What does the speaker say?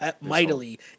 mightily